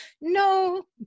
No